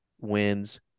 wins